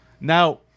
Now